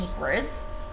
words